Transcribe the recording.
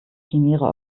chimäre